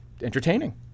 entertaining